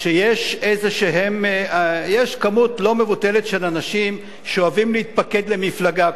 שיש כמות לא מבוטלת של אנשים שאוהבים להתפקד למפלגה,